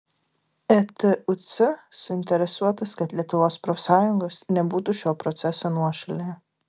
etuc suinteresuotas kad lietuvos profsąjungos nebūtų šio proceso nuošalėje